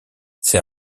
they